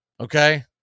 Okay